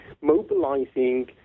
mobilizing